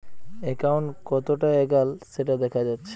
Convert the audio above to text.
account কতোটা এগাল সেটা দেখা যাচ্ছে